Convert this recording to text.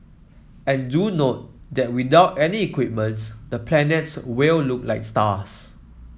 and do note that without any equipments the planets will look like stars